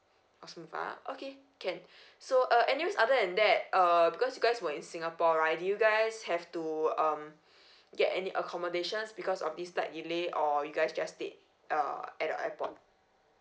okay can so uh anyways other than that err because you guys were in singapore right do you guys have to um get any accommodations because of this flight delay or you guys just stayed uh at the airport